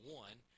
one